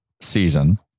season